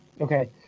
Okay